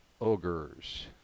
ogres